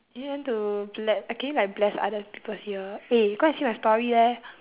you want to let can you like bless other people's ear eh go and see my story leh